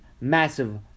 massive